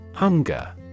Hunger